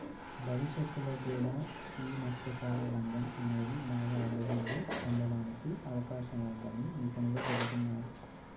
భవిష్యత్తులో కూడా యీ మత్స్యకార రంగం అనేది బాగా అభిరుద్ధి చెందడానికి అవకాశం ఉందని నిపుణులు చెబుతున్నారు